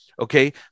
Okay